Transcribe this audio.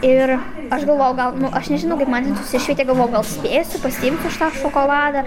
ir aš galvojau gal aš nežinau kaip man ten nusišvietė galvojau gal spėsiu pasiimt aš tą šokoladą